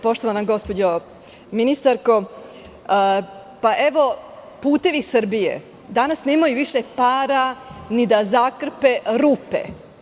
Poštovana gospođo ministarko, "Putevi Srbije" danas više nemaju para ni da zakrpe rupe.